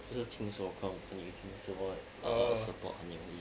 只是听说跟我朋友听说 support 很容易